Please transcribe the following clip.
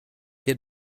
had